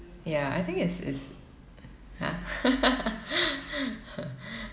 ya I think it's it's !huh!